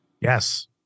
Yes